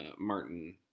Martin